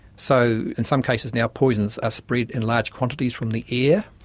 so in some cases now poisons are spread in large quantities from the air,